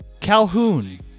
Calhoun